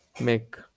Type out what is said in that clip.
make